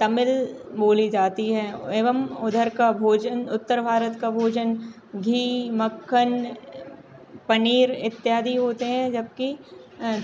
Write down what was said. तमिल बोली जाती है एवं उधर का भोजन उत्तर भारत का भोजन घी मक्खन पनीर इत्यादि होते हैं जबकि